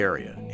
Area